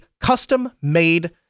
custom-made